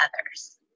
others